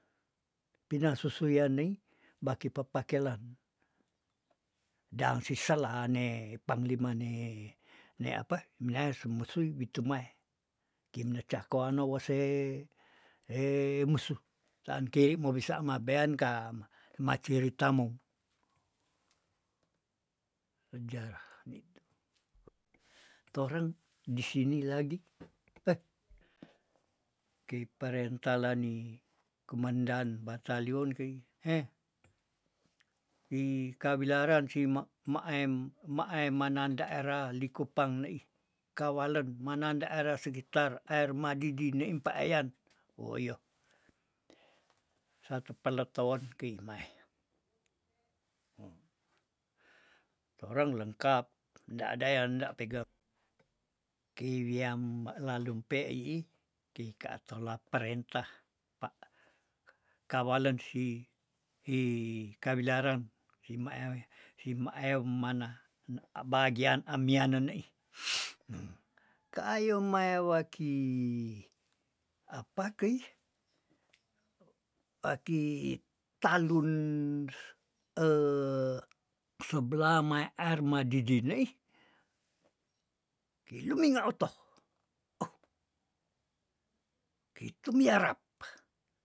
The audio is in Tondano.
Pina susuyanei baki pepakelan dang siselane panglimane ne apa minai sumusui witumae kimna cakoana wose musuh sankei mo bisa mabeanka ma ciritamou, ajar ni tu, torang disini lagi eh kei paren talani kumendan batalion kei eh ikawilaran sima- maem- maem mananda era likupang neih kawalen mananda era sigitar aermadidi neim paeyan woiyoh, satu peleton kei maeh torang lengkap nda da yang nda pengang. kei wiam malalumpe iih kei ka tolak prentah pa kawalen sih hi kawilaran simaewe, sima ew mana bagian amianen neih ka ayow mae waki apa keih, waki talun seblah mae aermadidi neih kiluminga oto oh keitumiarab.